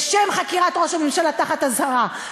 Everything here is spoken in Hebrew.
בשם חקירת ראש הממשלה תחת אזהרה,